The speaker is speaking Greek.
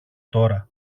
τώρα